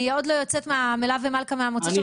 אני עוד לא יוצאת מהמלווה מלכה ממוצאי השבת,